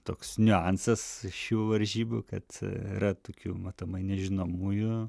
toks niuansas šių varžybų kad yra tokių matomai nežinomųjų